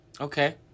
Okay